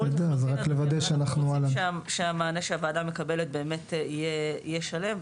אנחנו רוצים שהמענה שהוועדה מקבלת באמת יהיה שלם,